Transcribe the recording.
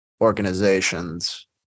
organizations